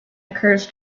occurs